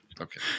Okay